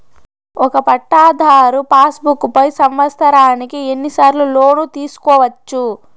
ఒక పట్టాధారు passbook పై సంవత్సరానికి ఎన్ని సార్లు లోను తీసుకోవచ్చు?